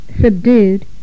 subdued